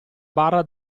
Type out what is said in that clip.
barra